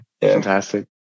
Fantastic